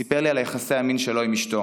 וסיפר לי על יחסי המין שלו עם אשתו,